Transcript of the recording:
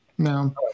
No